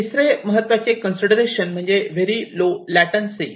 तिसरे चे महत्वाचे कन्सिडरेशन म्हणजे व्हेरी लो लाटेन्सी